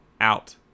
out